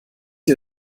ihr